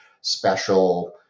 special